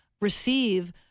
receive